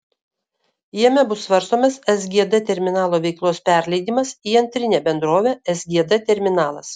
jame bus svarstomas sgd terminalo veiklos perleidimas į antrinę bendrovę sgd terminalas